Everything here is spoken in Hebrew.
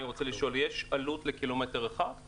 אני רוצה לשאול: יש עלות לקילומטר אחד של הפרויקט?